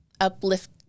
uplift